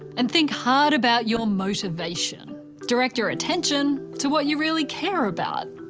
and think hard about your motivation direct your attention to what you really care about.